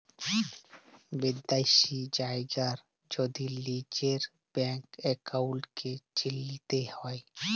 বিদ্যাশি জায়গার যদি লিজের ব্যাংক একাউল্টকে চিলতে হ্যয়